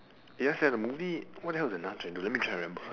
ya sia the movie what the hell is the nun sia let me try to remember